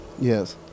Yes